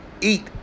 eat